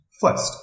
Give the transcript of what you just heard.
First